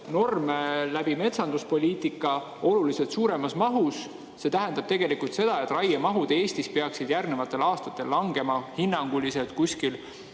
metsanduspoliitika kaudu oluliselt suuremas mahus. See tähendab tegelikult seda, et raiemahud Eestis peaksid järgnevatel aastatel langema hinnanguliselt